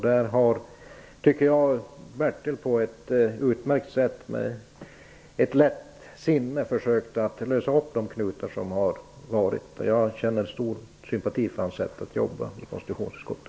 Bertil Fiskesjö har på ett urmärkt sätt och med lätt sinne försökt att lösa upp de knutar som har funnits. Jag känner stor sympati för hans sätt att arbeta i konstitutionsutskottet.